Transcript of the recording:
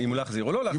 אם להחזיר או לא להחזיר.